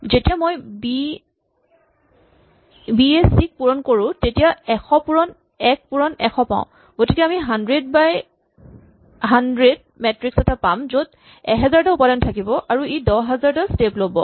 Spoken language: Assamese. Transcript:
যেতিয়া মই বি য়ে চি ক পূৰণ কৰো তেতিয়া এশ পূৰণ এক পূৰণ এশ পাওঁ গতিকে আমি হানড্ৰেট বাই হানড্ৰেট মেট্ৰিক্স এটা পাম য'ত এহাজাৰ টা উপাদান থাকিব আৰু ই দহ হাজাৰ টা স্টেপ ল'ব